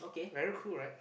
very cool right